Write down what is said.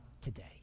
today